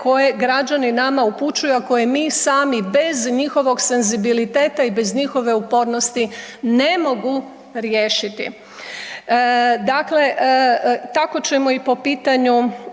koje građani nama upućuju, a koje mi sami bez njihovog senzibiliteta i bez njihove upornosti ne mogu riješiti. Dakle, tako ćemo i po pitanju